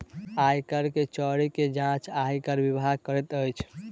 आय कर के चोरी के जांच आयकर विभाग करैत अछि